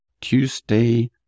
Tuesday